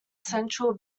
central